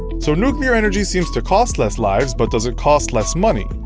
so nuclear energy seems to cost less lives, but does it cost less money?